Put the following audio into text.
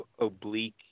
oblique